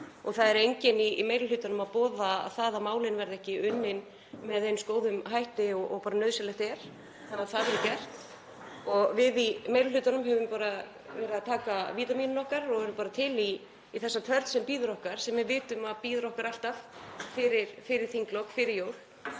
og það er enginn í meiri hlutanum að boða það að málin verði ekki unnin með eins góðum hætti og nauðsynlegt er, þannig að það verður gert. Við í meiri hlutanum höfum bara verið að taka vítamínin okkar og erum til í þessa törn sem bíður okkar sem við vitum að bíður okkar alltaf fyrir þinglok fyrir jól.